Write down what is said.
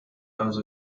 also